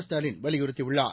ஸ்டாலின் வலியுறுத்தியுள்ளார்